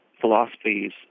philosophies